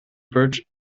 birch